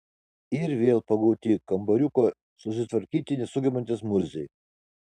ir vėl pagauti kambariuko susitvarkyti nesugebantys murziai